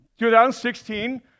2016